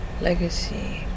legacy